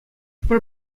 пӗр